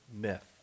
myth